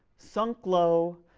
sunk low,